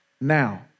Now